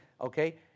Okay